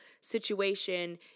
situation